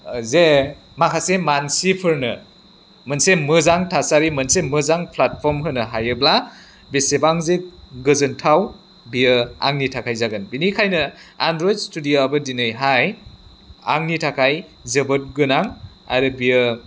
जे माखासे मानसिफोरनो मोनसे मोजां थासारि मोनसे मोजां प्लेटफर्म होनो हायोब्ला बेसेबांजे गोजोन्थाव बेयो आंनि थाखाय जागोन बिनिखायनो एन्ड्रइड स्टुडिय'आबो दिनैहाय आंनि थाखाय जोबोद गोनां आरो बेयो